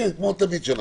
כמו תמיד.